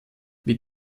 wie